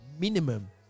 minimum